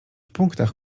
punktach